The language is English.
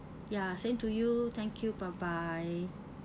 ya same to you thank you bye bye